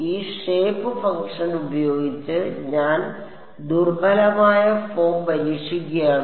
ഈ shape function ഉപയോഗിച്ച് ഞാൻ ദുർബലമായ ഫോം പരീക്ഷിക്കുകയാണ്